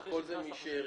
הכל זה שאריות.